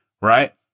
Right